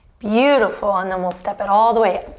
beautiful, and then we'll step it all the way